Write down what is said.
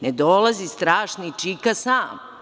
Ne dolazi strašni čika sam.